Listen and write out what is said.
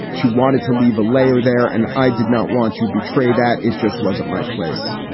she wanted to leave a layer there. and i did not want to betray that. it just wasn't my place.